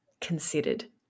considered